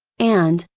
and,